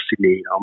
Sydney